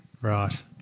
Right